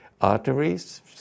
arteries